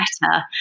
better